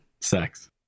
Sex